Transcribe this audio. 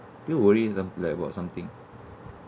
you worry some like about something